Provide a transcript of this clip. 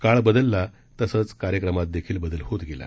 काळ बदलला तसंच कार्यक्रमातदेखील बदल होत गेला